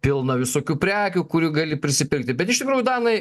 pilna visokių prekių kurių gali prisipirkti bet iš tikrųjų danai